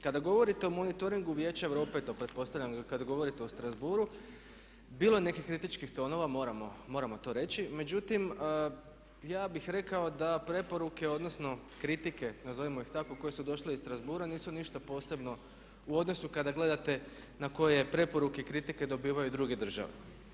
Kada govorite o monitoringu Vijeća Europe, to pretpostavljam kad govorite o Strasbourgu bilo je nekih kritičkih tonova moramo to reći, međutim ja bih rekao da preporuke odnosno kritike nazovimo ih tako koje su došle iz Strasbourga nisu ništa posebno u odnosu kada gledate na koje preporuke i kritike dobivaju druge države.